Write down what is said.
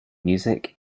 music